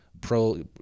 pro